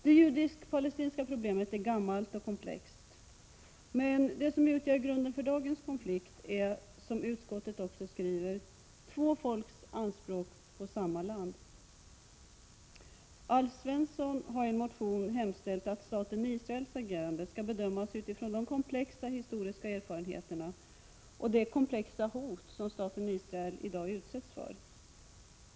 Det judisk-palestinska problemet är gammalt och komplext. Men det som utgör grunden för dagens konflikt är, som utskottet också skriver, två folks anspråk på samma land. Alf Svensson har i en motion hemställt att staten Israels agerande skall bedömas med hänsyn till de komplexa historiska erfarenheterna och de komplexa hot som staten i dag utsätts för.